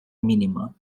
mínima